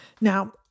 Now